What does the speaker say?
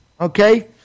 Okay